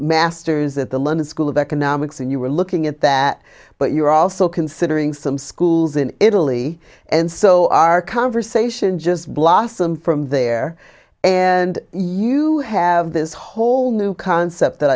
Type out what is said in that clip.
masters at the london school of economics and you were looking at that but you were also considering some schools in italy and so our conversation just blossomed from there and you have this whole new concept that